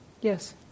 Yes